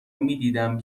میدیدم